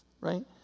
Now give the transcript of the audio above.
right